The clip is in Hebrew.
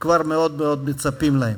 שכבר מאוד מאוד מצפים להם.